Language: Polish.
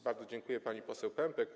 Bardzo dziękuję pani poseł Pępek.